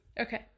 Okay